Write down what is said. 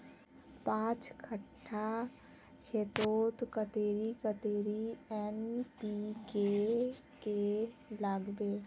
पाँच कट्ठा खेतोत कतेरी कतेरी एन.पी.के के लागबे?